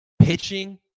pitching